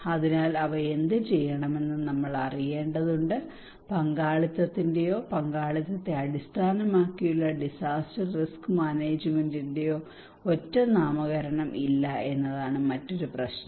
അതിനാൽ അവ എന്തുചെയ്യണമെന്ന് നമുക്ക് അറിയേണ്ടതുണ്ട് പങ്കാളിത്തത്തിന്റെയോ പങ്കാളിത്തത്തെ അടിസ്ഥാനമാക്കിയുള്ള ഡിസാസ്റ്റർ റിസ്ക് മാനേജ്മെന്റിന്റെയോ ഒരൊറ്റ നാമകരണം ഇല്ല എന്നതാണ് മറ്റൊരു പ്രശ്നം